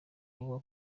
kuvuga